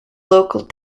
local